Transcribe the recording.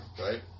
right